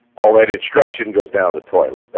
all that instruction goes down to toilet,